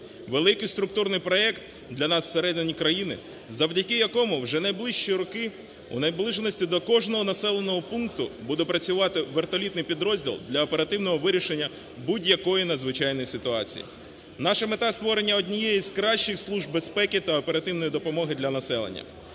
Великий структурний проект для нас всередині країни, завдяки якому вже в найближчі роки у наближеності до кожного населеного пункту буде працювати вертолітний підрозділ для оперативного вирішення будь-якої надзвичайної ситуації. Наша мета – створення однієї з кращих служб безпеки та оперативної допомоги для населення.